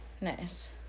Nice